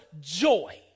joy